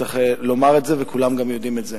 צריך לומר את זה וכולם גם יודעים את זה.